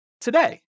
today